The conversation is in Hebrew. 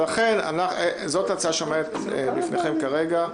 ולכן זאת ההצעה שעומדת בפניכם כרגע.